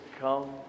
come